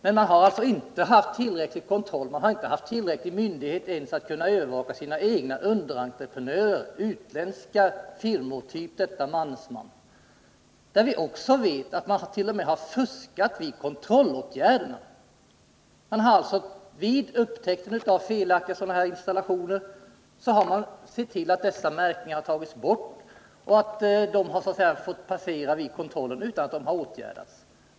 Men man har inte haft tillräcklig kontroll eller myndighet för att ens kunna övervaka sina egna underentreprenörer, utländska firmor typ Mannesman, där vi vet att det också har fuskats vid kontrollåtgärderna. Vid upptäckten av felaktiga installationer har man sett till att dessa märken tagits bort. De har fått passera vid kontroll utan att man har vidtagit några åtgärder.